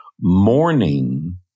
Mourning